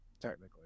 technically